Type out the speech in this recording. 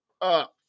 up